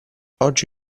oggi